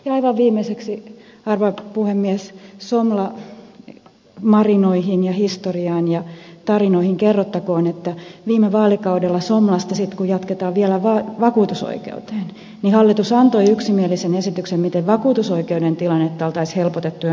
aivan viimeiseksi arvon puhemies somla marinoihin ja historiaan ja tarinoihin kerrottakoon että viime vaalikaudella somlasta sitten kun jatketaan vielä vakuutusoikeuteen hallitus antoi yksimielisen esityksen miten vakuutusoikeuden tilannetta olisi helpotettu ja nopeutettu